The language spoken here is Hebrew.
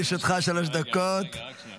לרשותך שלוש דקות, בבקשה.